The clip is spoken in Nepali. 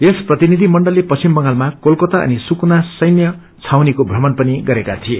यस प्रतिनिधिमण्डलले पश्चिम बंगालमा कोलकाता अनि सुकना सैन्य छाउनीको भ्रमण पनि गरेका थिए